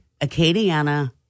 Acadiana